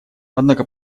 однако